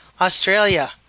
Australia